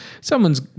Someone's